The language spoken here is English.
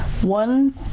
One